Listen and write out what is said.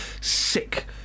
sick